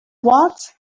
what